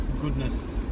goodness